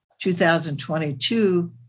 2022